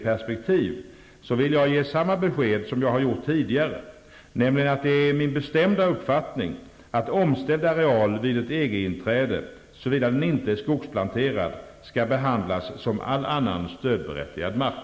perspektiv vill jag ge samma besked som jag gjort tidigare, nämligen att det är min bestämda uppfattning att omställd areal vid ett EG-inträde, såvida den inte är skogsplanterad, skall behandlas som all annan stödberättigad mark.